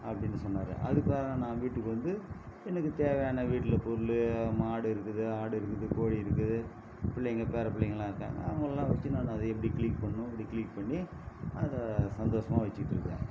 அப்படின்னு சொன்னார் அதுக்கப்றம் நான் வீட்டுக்கு வந்து எனக்கு தேவையான வீட்டில்ல பொருள் மாடு இருக்குது ஆடு இருக்குது கோழி இருக்குது பிள்ளைங்க பேரப்பிள்ளைங்கள்லாம் இருக்காங்க அவங்களலாம் வெச்சி நான் அதை எப்படி க்ளிக் பண்ணணும் அப்படி க்ளிக் பண்ணி அதை சந்தோஷமா வெச்சிக்கிட்ருக்கேன்